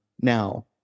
now